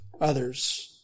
others